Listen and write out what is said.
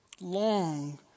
Long